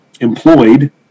employed